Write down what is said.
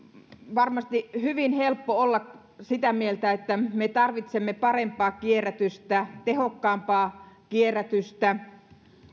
varmasti hyvin helppo olla sitä mieltä että me tarvitsemme parempaa kierrätystä tehokkaampaa kierrätystä